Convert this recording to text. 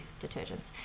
detergents